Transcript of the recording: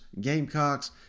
Gamecocks